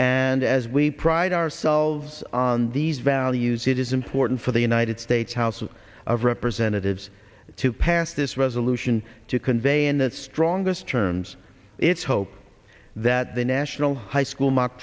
and as we pride ourselves on these values it is important for the united states house of senate has to pass this resolution to convey in its strongest terms its hope that the national high school m